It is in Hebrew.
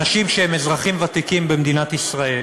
אנשים שהם אזרחים ותיקים במדינת ישראל,